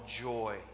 joy